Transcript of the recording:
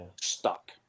stuck